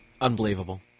Unbelievable